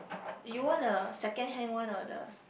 you want a secondhand one or the